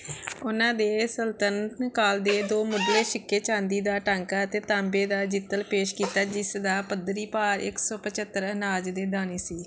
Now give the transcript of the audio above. ਉਹਨਾਂ ਦੇ ਸਲਤਨਤ ਕਾਲ ਦੇ ਦੋ ਮੁਢਲੇ ਸਿੱਕੇ ਚਾਂਦੀ ਦਾ ਟਾਂਕਾ ਅਤੇ ਤਾਂਬੇ ਦਾ ਜਿਤਲ ਪੇਸ਼ ਕੀਤਾ ਜਿਸ ਦਾ ਪੱਧਰੀ ਭਾਰ ਇੱਕ ਸੌ ਪੰਝੱਤਰ ਅਨਾਜ ਦੇ ਦਾਣੇ ਸੀ